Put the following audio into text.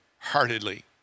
Heartedly